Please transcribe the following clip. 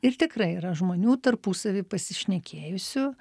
ir tikrai yra žmonių tarpusavy pasišnekėjusių